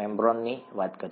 મેમ્બ્રેનની વાત કરીએ